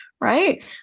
right